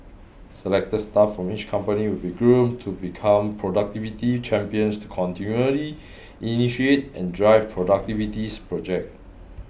selected the staff from each company will be groomed to become productivity champions to continually initiate and drive productivity projects